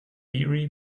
erie